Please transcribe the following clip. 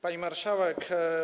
Pani Marszałek!